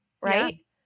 right